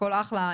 הכול אחלה,